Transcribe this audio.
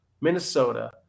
Minnesota